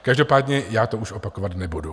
Každopádně já už to opakovat nebudu.